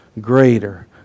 Greater